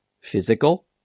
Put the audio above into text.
physical